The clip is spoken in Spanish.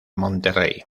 monterrey